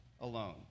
alone